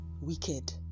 wicked